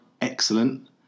excellent